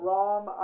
Rom